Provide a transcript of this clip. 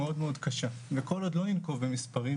מאוד מאוד קשה וכל עוד לא ננקוב במספרים,